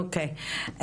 אוקיי.